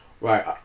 Right